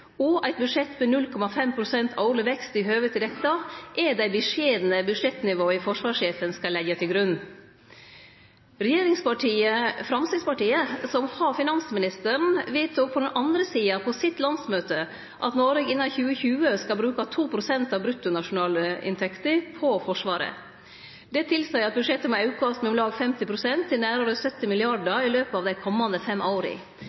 med 0,5 pst. årleg vekst i høve til dette er det beskjedne budsjettnivået forsvarssjefen skal leggje til grunn. Regjeringspartiet Framstegspartiet, som har finansministeren, vedtok på den andre sida på sitt landsmøte at Noreg innan 2020 skal bruke 2 pst. av bruttonasjonalinntekta på Forsvaret. Det tilseier at budsjettet må aukast med om lag 50 pst., til nærare 70 mrd. kr, i løpet av dei komande fem åra